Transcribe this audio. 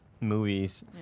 movies